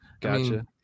gotcha